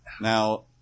Now